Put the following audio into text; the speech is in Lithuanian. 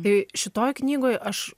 tai šitoj knygoj aš